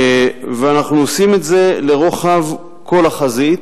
ואנחנו עושים את זה לרוחב כל החזית,